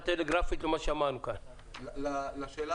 לשאלה